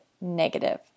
negative